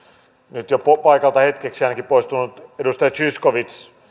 nyt jo paikalta hetkeksi ainakin poistunut edustaja zyskowicz